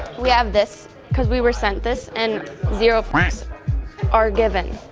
we have this cause we were sent this and zero are given.